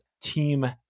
team